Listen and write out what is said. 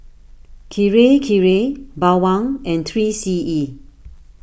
Kirei Kirei Bawang and three C E